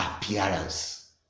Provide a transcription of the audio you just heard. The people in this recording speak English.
appearance